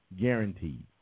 guaranteed